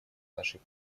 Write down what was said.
нашей